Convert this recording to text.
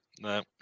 No